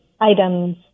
items